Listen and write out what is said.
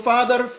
Father